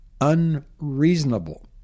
unreasonable